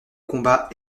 combats